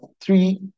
three